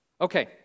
Okay